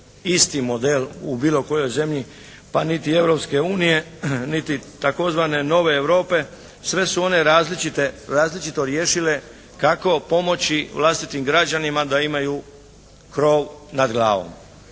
isti model u bilo kojoj zemlji, pa niti Europske unije niti tzv. nove Europe, sve su one različito riješile kako pomoći vlastitim građanima da imaju krov nad glavom.